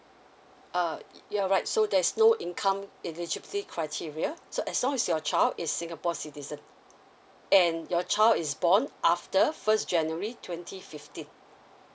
err you're right so there's no income eligibility criteria so as long as your child is singapore citizen and your child is born after first january twenty fifteen